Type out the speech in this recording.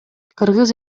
кыргыз